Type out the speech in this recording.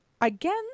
again